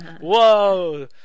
whoa